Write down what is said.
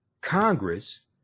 Congress